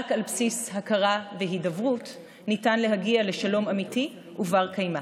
רק על בסיס הכרה והידברות ניתן להגיע לשלום אמיתי ובר-קיימא.